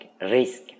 risk